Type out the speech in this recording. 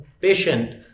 patient